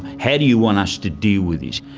how do you want us to deal with this?